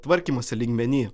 tvarkymosi lygmeny